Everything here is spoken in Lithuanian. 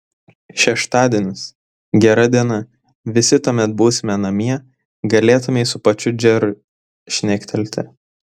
šeštadienis gera diena visi tuomet būsime namie galėtumei su pačiu džeriu šnektelėti